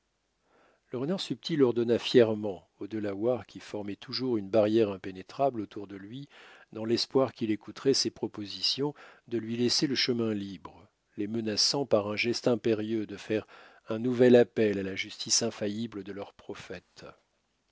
le renard subtil ordonna fièrement aux delawares qui formaient toujours une barrière impénétrable autour de lui dans l'espoir qu'il écouterait ces propositions de lui laisser le chemin libre les menaçant par un geste impérieux de faire un nouvel appel à la justice infaillible de leur prophète